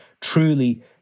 truly